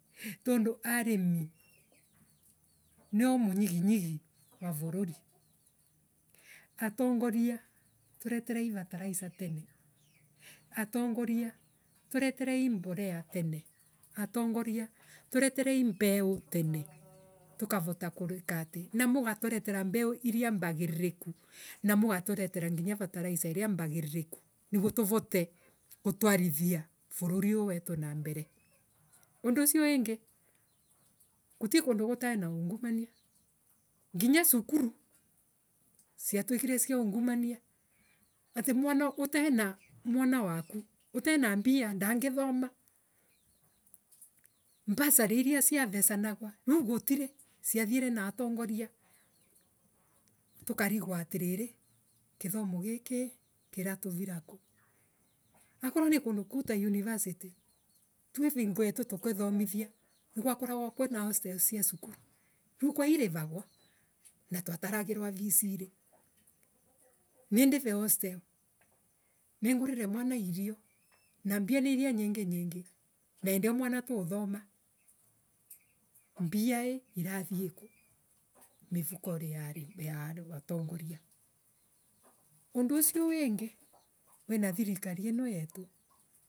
Tondu ariimi. nio munyigingigi wa vuruli. Atongoria tureterei mbolea tene atongoria tureterei mbeu tene tukavota gwikati. Na mugaturetera mbeu iria mbagiririku na mugaturetera fertiliser iria mbagiririka niguo tuvote gutwa rithia vuivuli wetu na mbere. Undu ucio wingi gutikundu gutaii na ungumania nginya cukuru. ciatuikire cia ungumania atii mwana utena mwana waku utena mbia ndangithoma. Mbasarii iria twa ciavecanagwa viu gutirii ciathiere na atongoria tukarigwa atiriri kithomo gikii ii kiratuvira kuu Akorwo ni kundu kuu ta yunivasity. tue vingo yetu tukithomithia. Nigwakoragwa kwina hostels cia cukuru. Riu ka irivagwa na twataragirwa feesirii. Nie ndive hostels nie ngurire mwana irio na mbia ni iria nyingi nyingi na indi iio mwana tu uthoma mbia ii irathe kuu Mivukori ya atongoria. Undu ucio wingi kwina thirikari ino yetu